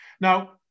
Now